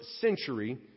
century